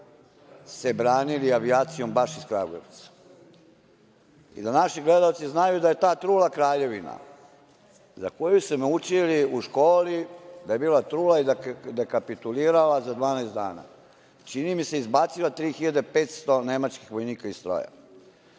se branili avijacijom baš iz Kragujevca. Da naši gledaoci znaju da je ta trula kraljevina, za koju su me učili u školi da je bila trula i da je kapitulirala za 12 dana, čini mi se izbacila 3.500 nemačkih vojnika iz stroja,